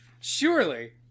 Surely